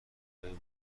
برای